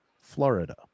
Florida